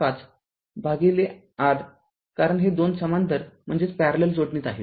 ५ भागिले rकारण हे दोन समांतर जोडणीत आहेत